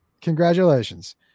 Congratulations